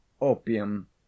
opium